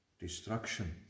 destruction